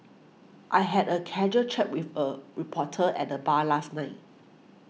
I had a casual chat with a reporter at the bar last night